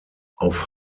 auf